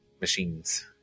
machines